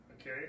Okay